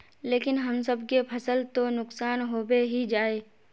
लेकिन हम सब के फ़सल तो नुकसान होबे ही जाय?